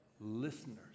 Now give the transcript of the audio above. listeners